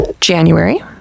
January